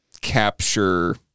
capture